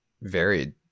varied